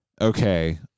okay